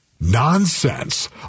nonsense